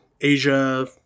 Asia